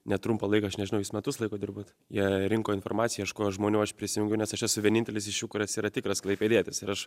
netrumpą laiką aš nežinau jūs metus laiko dirbat jai rinko informaciją ieškojo žmonių aš prisijungiau nes aš esu vienintelis iš jų kuris yra tikras klaipėdietis ir aš